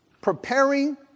preparing